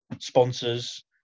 sponsors